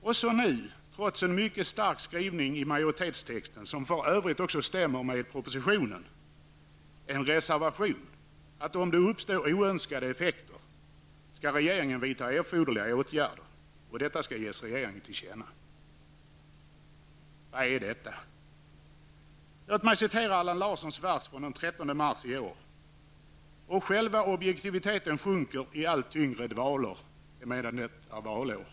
Men så kommer det -- trots en mycket stark skrivning i majoritetstexten, som för övrigt överensstämmer med propositionens text -- en reservation där det sägs att om det uppstår oönskade effekter skall regeringen vidta erforderliga åtgärder. Detta skall, enligt reservationen, ges regeringen till känna. Vad är detta? Låt mig citera ur Allan Larssons vers från den 13 mars i år: ''Och själva objektiviteten sjunker i allt tyngre dvalor emedan det är valår.''